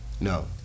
No